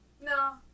no